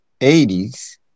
80s